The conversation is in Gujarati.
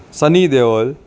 સની દેઓલ